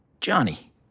Johnny